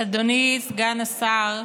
אדוני סגן השר,